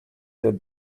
that